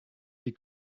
die